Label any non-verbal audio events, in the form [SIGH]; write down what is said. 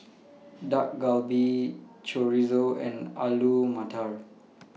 [NOISE] Dak Galbi Chorizo and Alu Matar